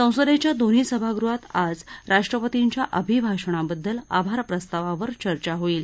संसद्ध्या दोन्ही सभागृहात आज राष्ट्रपतींच्या अभिभाषणांबद्दल आभार प्रस्तावावर चर्चा होईल